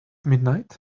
midnight